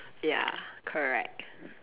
ya correct